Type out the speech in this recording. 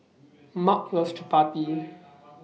Maud loves Chapati